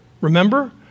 Remember